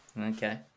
Okay